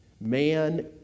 man